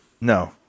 No